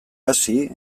hasi